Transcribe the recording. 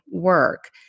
Work